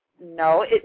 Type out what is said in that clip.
No